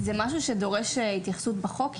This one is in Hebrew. זה משהו שדורש התייחסות בחוק?